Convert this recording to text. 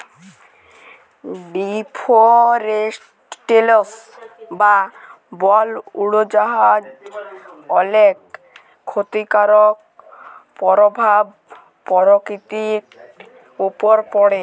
deforestation বা বল উজাড় অলেক খ্যতিকারক পরভাব পরকিতির উপর পড়ে